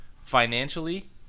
financially